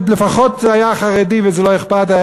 שלפחות זה היה חרדי וזה לא אכפת,